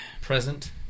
present